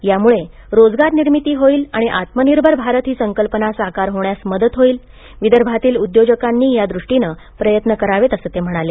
यामुळे रोजगार निर्मिती होईल आणि आत्मनिर्भर भारत ही संकल्पना साकार होण्यास मदत होईल विदर्भातील उद्योजकांनी यादृष्टीने प्रयत्न करावेत असे ते म्हणाले